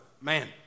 man